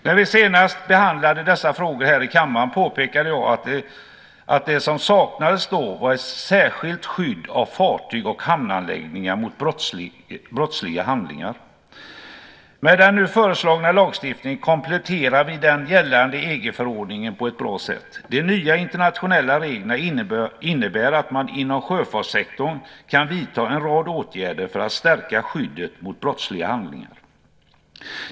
När vi senast behandlade dessa frågor här i kammaren påpekade jag att det som saknades då var ett särskilt skydd av fartyg och hamnanläggningar mot brottsliga handlingar. Med den nu föreslagna lagstiftningen kompletterar vi den gällande EG-förordningen på ett bra sätt. De nya internationella reglerna innebär att man inom sjöfartssektorn kan vidta en rad åtgärder för att stärka skyddet mot brottsliga handlingar.